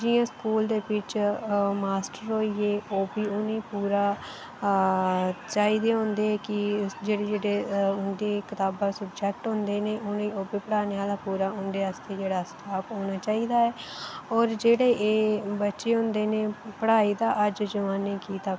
जियां स्कूल दे बिच्च मास्टर होई गे ओह्बी उनेंगी पूरा चाही दे होंदे कि जेह्डे़ जेह्ड़े उंदे कताबां सब्जैक्ट हुंदे नै उनें ओह्बी पढ़ाने आस्तै उंदा जेह्ड़ा पूरा स्टाफ उनेंगी चाही दा ऐ और जेह्ड़े एह् बच्चे होंदे न पढ़ाई ता अज्ज जमाने गी